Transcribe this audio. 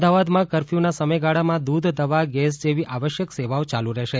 અમદાવાદમાં કરફ્યૂના સમયગાળામાં દૂધ દવા ગેસ જેવી આવશ્યક સેવાઓ ચાલુ રહેશે